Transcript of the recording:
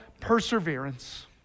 perseverance